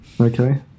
okay